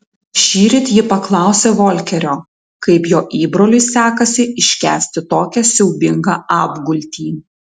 šįryt ji paklausė volkerio kaip jo įbroliui sekasi iškęsti tokią siaubingą apgultį